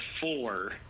four